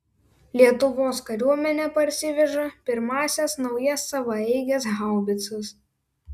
lietuvos kariuomenė parsiveža pirmąsias naujas savaeiges haubicas